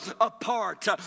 apart